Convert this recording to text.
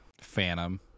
Phantom